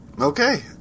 Okay